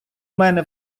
мене